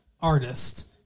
artist